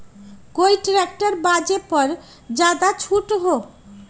कोइ ट्रैक्टर बा जे पर ज्यादा छूट हो?